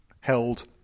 held